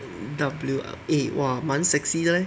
W eh !wah! 蛮 sexy 的 leh